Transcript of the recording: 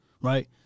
right